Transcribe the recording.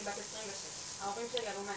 "אני בת עשרים ושש, ההורים שלי עלו מאתיופיה,